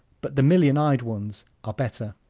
but the million-eyed ones are better.